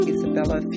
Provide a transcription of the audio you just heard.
Isabella